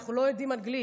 אנחנו לא יודעים אנגלית,